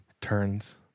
turns